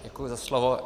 Děkuji za slovo.